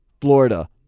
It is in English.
florida